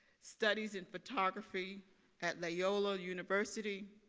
studies in photography at loyola university,